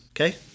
Okay